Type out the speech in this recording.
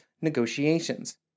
negotiations